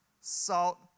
Salt